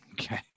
Okay